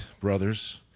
brothers